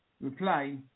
reply